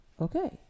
Okay